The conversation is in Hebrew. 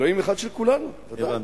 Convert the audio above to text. אלוהים אחד של כולנו, ברור.